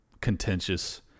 contentious